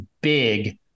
big